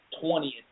twentieth